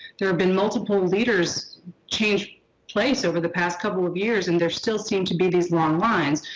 there have been multiple leaders change place over the past couple of years and they're still seem to be these long lines.